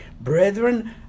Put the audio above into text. Brethren